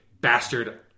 bastard